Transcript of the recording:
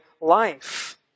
life